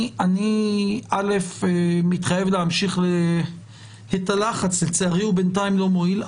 אני מתחייב להמשיך את הלחץ שלצערי בינתיים הוא לא מועיל.